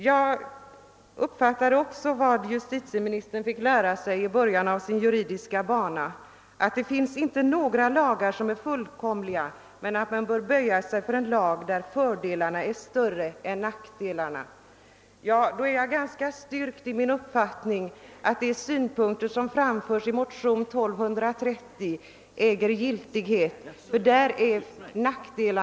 Jag uppfattade också vad justitieministern fick lära sig i början av sin juridiska bana, att det finns inga lagar som är fullkomliga men att man bör böja sig för en lag där fördelarna är större än nackdelarna. Då är jag ganska styrkt i min uppfattning att de synpunkter som har framförts i motionen II: 1230 äger giltighet.